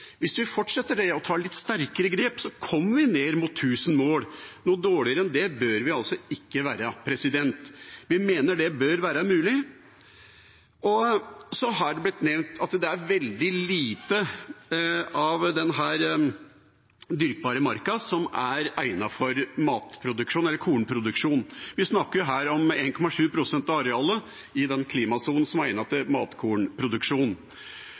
Hvis vi fortsetter dette og tar litt sterkere grep, kommer vi ned mot 1 000 mål. Noe dårligere enn det bør vi ikke være. Vi mener dette bør være mulig. Det har blitt nevnt at veldig lite av denne dyrkbare marka er egnet for kornproduksjon. Vi snakker om 1,7 pst. av arealet i den klimasonen som er egnet til matkornproduksjon.